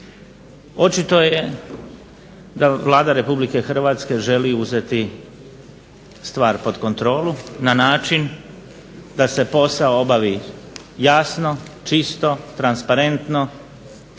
Očito je da Vlada Republike Hrvatske želi uzeti stvar pod kontrolu na način da se posao obavi jasno, čisto, transparentno